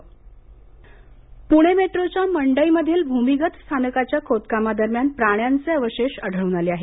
Pune metro Pune मेट्रोच्या मंडई मधील भूमिगत स्थानकाच्या खोद कामा दरम्यान प्राण्यांचे अवशेष आढळून आले आहेत